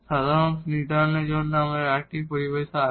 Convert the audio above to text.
সমাধান নির্ধারণের জন্য আরেকটি পরিভাষা ব্যবহার আছে